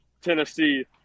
Tennessee